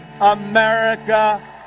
America